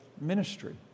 ministry